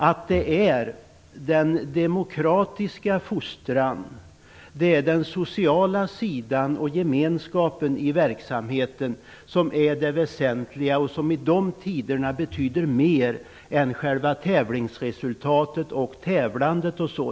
att det är den demokratiska fostran, den sociala sidan och gemenskapen i verksamheten som är det väsentliga och som i dessa tider betyder mer än själva tävlingsresultatet och tävlandet.